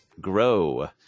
grow